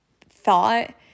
thought